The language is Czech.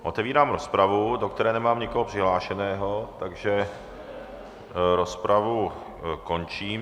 Otevírám rozpravu, do které nemám nikoho přihlášeného, takže rozpravu končím.